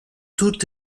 tout